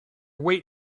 wait